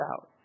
out